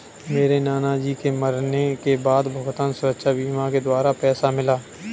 मेरे नाना जी के मरने के बाद भुगतान सुरक्षा बीमा के द्वारा पैसा मिला